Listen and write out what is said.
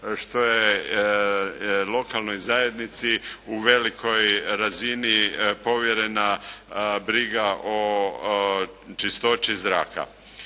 što je lokalnoj zajednici u velikoj razini povjerena briga o čistoći zraka.